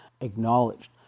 acknowledged